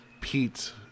pete